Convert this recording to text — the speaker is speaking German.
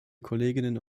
kolleginnen